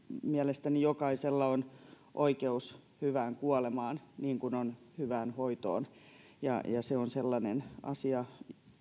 mielestäni jokaisella on oikeus hyvään kuolemaan niin kuin on hyvään hoitoon se on sellainen asia